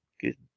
good